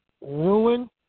Ruin